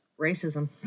racism